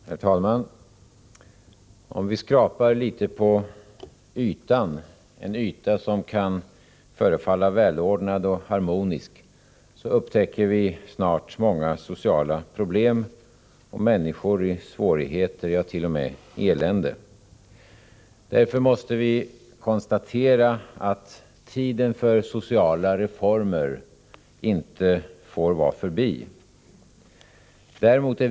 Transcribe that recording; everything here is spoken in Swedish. Herr talman! Om vi skrapar litet på ytan — en yta som kan förefalla välordnad och harmonisk — upptäcker vi snart många sociala problem och människor i svårigheter — ja, t.o.m. i elände. Därför måste vi konstatera att tiden för sociala reformer inte får vara förbi.